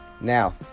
Now